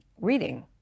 reading